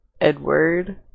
Edward